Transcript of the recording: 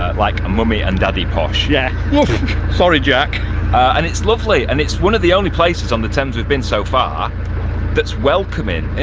like mummy and daddy posh yeah sorry jack and it's lovely and it's one of the only places on the thames we've been so far that's welcoming and